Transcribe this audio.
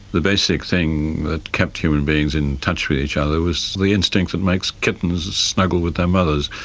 the basic thing that kept human beings in touch with each other was the instincts that makes kittens snuggle with their mothers.